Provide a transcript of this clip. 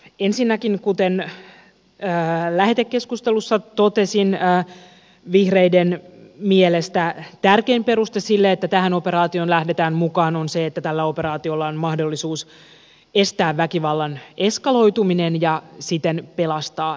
ensinnäkin kuten lähetekeskustelussa totesin vihreiden mielestä tärkein peruste sille että tähän operaatioon lähdetään mukaan on se että tällä operaatiolla on mahdollisuus estää väkivallan eskaloituminen ja siten pelastaa ihmishenkiä